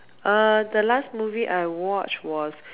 err the last movie I watch was